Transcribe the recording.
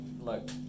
look